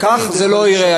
כך זה לא ייראה.